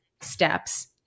steps